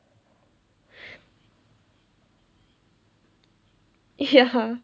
ya